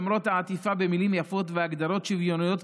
למרות העטיפה במילים יפות והגדרות שוויוניות,